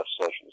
Sessions